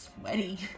sweaty